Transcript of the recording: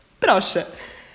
Proszę